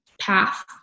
path